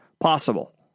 possible